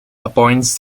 appoints